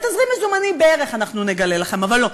את תזרים המזומנים בערך אנחנו נגלה לכם, אבל לא.